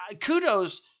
kudos